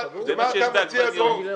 מה אתה מציע, דרור?